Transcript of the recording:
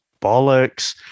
bollocks